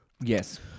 Yes